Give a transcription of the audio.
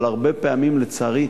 אבל הרבה פעמים, לצערי,